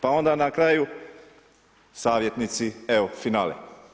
Pa onda na kraju savjetnici, evo finale.